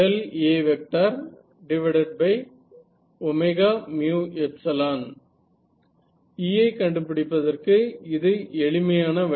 E ஐ கண்டுபிடிப்பதற்கு இது எளிமையான வழியா